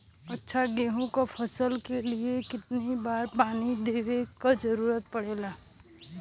अच्छा गेहूँ क फसल के लिए कितना बार पानी देवे क जरूरत पड़ेला?